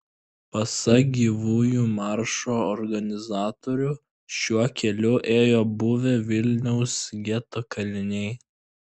pasak gyvųjų maršo organizatorių šiuo keliu ėjo buvę vilniaus geto kaliniai